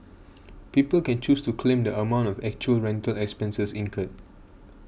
people can choose to claim the amount of actual rental expenses incurred